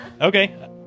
Okay